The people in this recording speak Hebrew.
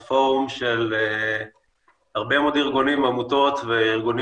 זה פורום של הרבה מאוד ארגונים עמותות וארגונים